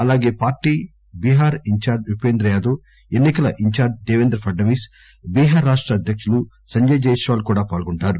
అలాగే పార్టీ చీహార్ ఇన్ ధార్టీ ఉపంద్ర యాదవ్ ఎన్నికల ఇన్ ధార్టీ దేపేంద్ర ఫడ్సీస్ బీహార్ రాష్ట అధ్యక్షులు సంజయ్ జై స్వాల్ కూడా పాల్గొంటారు